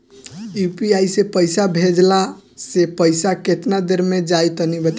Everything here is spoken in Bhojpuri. यू.पी.आई से पईसा भेजलाऽ से पईसा केतना देर मे जाई तनि बताई?